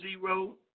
zero